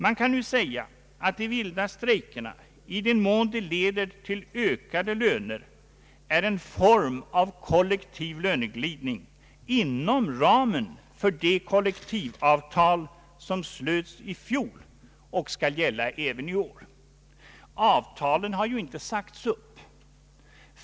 Man kan nu säga att de vilda strejkerna i den mån de leder till ökade löner är en form av kollektiv löneglidning inom ramen för de kollektivavtal som slöts i fjol och skall gälla även i år. Avtalen har ju inte sagts upp.